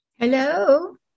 Hello